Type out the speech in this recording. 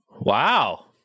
Wow